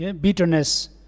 bitterness